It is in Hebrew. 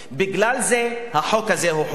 בגלל זה החוק הזה הוא חוק רע.